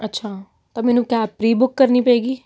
ਅੱਛਾ ਤਾਂ ਮੈਨੂੰ ਕੈਬ ਪ੍ਰੀ ਬੁਕ ਕਰਨੀ ਪਵੇਗੀ